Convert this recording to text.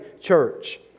church